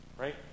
Right